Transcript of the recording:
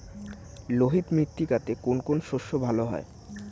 লোহিত মৃত্তিকাতে কোন কোন শস্য ভালো হয়?